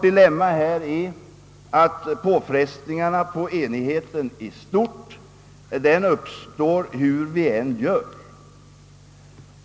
Dilemmat här är att påfrestningar på enigheten i stort uppstår hur vi än gör.